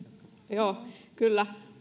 joo kyllä